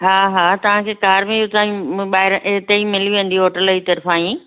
हा हा तव्हांखे कार बि हुतां ई ॿाहिरि हिते ई मिली वेंदी होटल जी तर्फ़ा ई